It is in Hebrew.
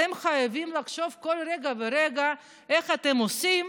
אתם חייבים לחשוב כל רגע ורגע איך אתם עושים,